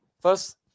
First